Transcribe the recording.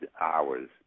hours